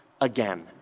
again